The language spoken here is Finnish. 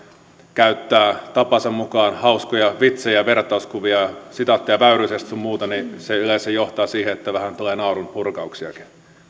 käyttää tapansa mukaan hauskoja vitsejä ja vertauskuvia ja sitaatteja väyrysestä sun muuta niin se yleensä johtaa siihen että vähän tulee naurunpurkauksiakin